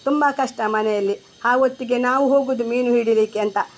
ತುಂಬ ಕಷ್ಟ ಮನೆಯಲ್ಲಿ ಆ ಹೊತ್ತಿಗೆ ನಾವು ಹೋಗೋದು ಮೀನು ಹಿಡಿಲಿಕ್ಕೆ ಅಂತ